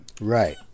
Right